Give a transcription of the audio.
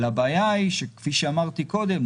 אבל הבעיה היא כפי שאמרתי קודם,